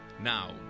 Now